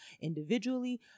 individually